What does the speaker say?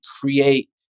create